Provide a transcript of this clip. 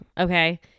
Okay